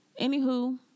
Anywho